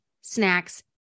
snacks